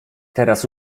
teraz